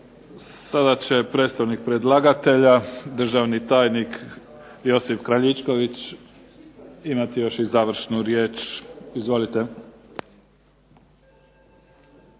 Sada će predstavnik predlagatelja državni tajnik Josip Kraljičković imati završnu riječ. Izvolite.